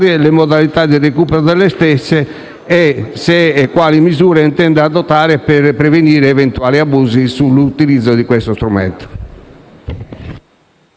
le modalità di recupero delle stesse e se e quali misure intende adottare per prevenire eventuali abusi nell'utilizzo di questo strumento.